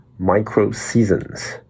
micro-seasons